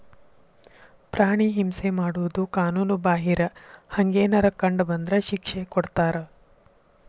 ಪ್ರಾಣಿ ಹಿಂಸೆ ಮಾಡುದು ಕಾನುನು ಬಾಹಿರ, ಹಂಗೆನರ ಕಂಡ ಬಂದ್ರ ಶಿಕ್ಷೆ ಕೊಡ್ತಾರ